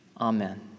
Amen